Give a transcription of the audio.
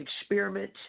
experiment